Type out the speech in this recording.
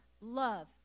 Love